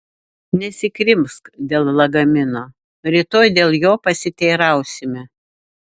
nesikrimsk dėl lagamino rytoj dėl jo pasiteirausime